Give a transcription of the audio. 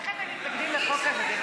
איך אתם מתנגדים לחוק הזה?